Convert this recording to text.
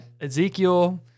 Ezekiel